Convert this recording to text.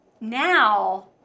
Now